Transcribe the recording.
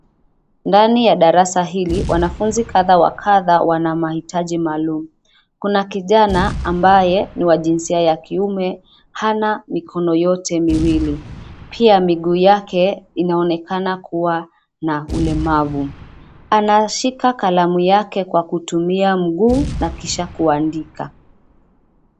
Ndani ya darasa hili wanafunzi kadha wa kadha wana mahitaji maalum. Kuna kijana ambaye ni wa jinsia ya kiume hana mikono yote miwili. Pia miguu yake inaonekana kuwa na ulemavu. Anashika kalamu yake kwa kutumia mguu na kisha kuandika.